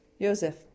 Joseph